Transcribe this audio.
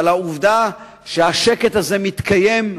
אבל העובדה שהשקט הזה מתקיים,